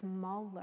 smaller